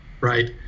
right